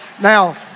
Now